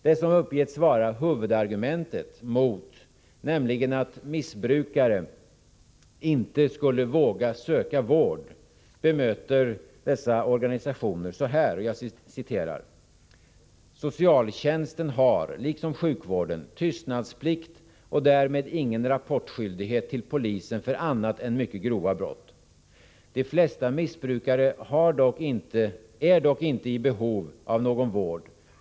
Det som uppgetts vara huvudargumentet mot, nämligen att missbrukaren inte skulle våga söka vård bemöter dessa organisationer så här: ”Socialtjänsten har, liksom sjukvården, tystnadsplikt och därmed ingen rapportskyldighet till polisen för annat än mycket grova brott. De flesta missbrukare är dock inte i behov av någon vård.